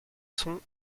son